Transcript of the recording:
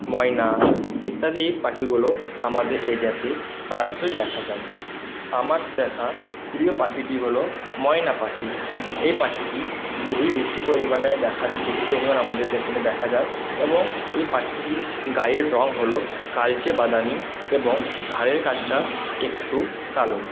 ময়না ইত্যাদি পাখিগুলো আমাদের এরিয়াতে প্রায়শই দেখা যায় আমার দেখা প্রিয় পাখিটি হল ময়না পাখি এ পাখিটি খুবই বেশি পরিমাণে দেখা বেশি পরিমাণে আমাদের এখানে দেখা যায় এবং এই পাখিটির গায়ের রং হল কালচে বাদামী এবং ঘাড়ের কাছটা এখটু কালো